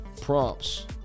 prompts